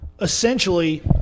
essentially